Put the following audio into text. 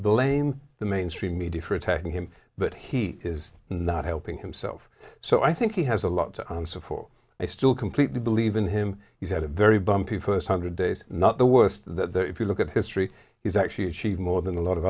blame the mainstream media for attacking him but he is not helping himself so i think he has a lot to answer for i still completely believe in him he's had a very bumpy first hundred days not the worst though if you look at history he's actually achieved more than a lot of